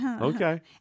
Okay